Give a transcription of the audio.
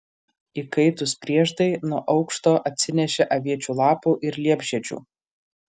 įkaitus prieždai nuo aukšto atsinešė aviečių lapų ir liepžiedžių